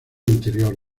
interior